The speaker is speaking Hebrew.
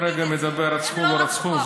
חוץ מזה שהם לא רצחו אף אחד.